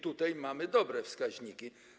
Tutaj mamy dobre wskaźniki.